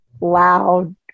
loud